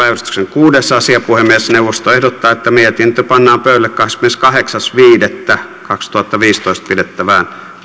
kuudes asia puhemiesneuvosto ehdottaa että mietintö pannaan pöydälle kahdeskymmeneskahdeksas viidettä kaksituhattaviisitoista pidettävään